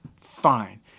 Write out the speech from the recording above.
fine